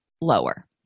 lower